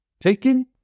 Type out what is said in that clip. Taking